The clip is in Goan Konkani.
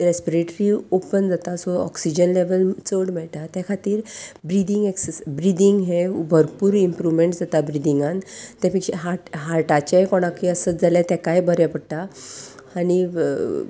रेस्पिरेट्री ओपन जाता सो ऑक्सिजन लेवल चड मेळटा त्या खातीर ब्रिदींग एक्सायज ब्रिदिंग हें भरपूर इम्प्रुवमेंट जाता ब्रिदिंगांत ते पेक्षा हार्ट हार्टाचेंय कोणाकय आसत जाल्यार तेकाय बरें पडटा आनी